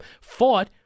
fought